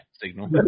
signal